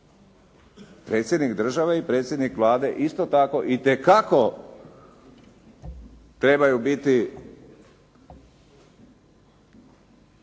Predsjednik države i predsjednik Vlade isto tako itekako trebaju biti